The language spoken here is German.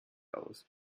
aus